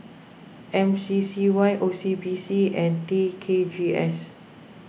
M C C Y O C B C and T K G S